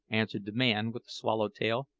answered the man with the swallow-tail,